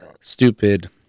stupid